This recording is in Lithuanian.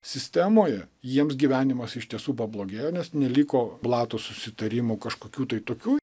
sistemoje jiems gyvenimas iš tiesų pablogėjo nes neliko blatų susitarimų kažkokių tai tokių